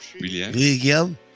William